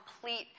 complete